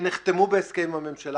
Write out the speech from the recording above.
שנחתמו בהסכם עם הממשלה,